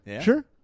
Sure